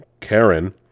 Karen